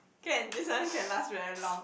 can this one can last very long